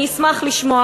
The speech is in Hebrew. אני אשמח לשמוע.